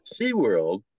SeaWorld